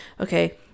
okay